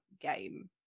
game